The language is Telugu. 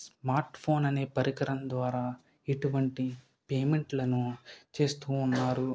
స్మార్ట్ ఫోన్ అనే పరికరం ద్వారా ఎటువంటి పేమెంట్లను చేస్తూ ఉన్నారు